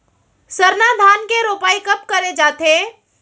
सरना धान के रोपाई कब करे जाथे?